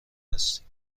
هستیم